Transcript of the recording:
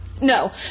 No